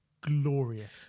glorious